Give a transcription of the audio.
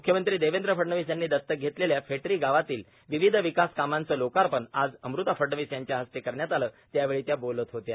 मूख्यमंत्री देवेंद्र फडणवीस यांनी दत्तक घेतलेल्या फेटरी गावातील विविध विकास कामांचं लोकार्पण आज अम़ता फडणवीस यांच्या हस्ते करण्यात आलं त्यावेळी त्या बोलत होत्या